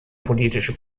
politische